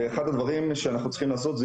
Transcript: ואחד הדברים שאנחנו צריכים לעשות זה